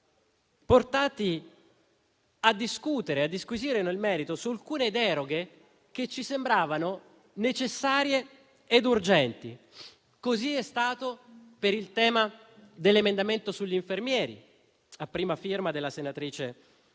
disponibili a discutere e a disquisire nel merito su alcune deroghe che ci sembravano necessarie e urgenti. Così è stato per l'emendamento sugli infermieri, a prima firma della senatrice